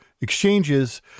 exchanges